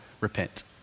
repent